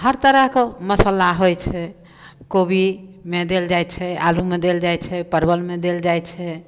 हर तरहके मसल्ला होइ छै कोबीमे देल जाइ छै आलूमे देल जाइ छै परवलमे देल जाइ छै